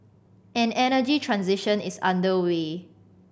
an energy transition is underway